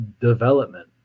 development